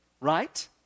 Right